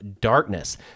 darkness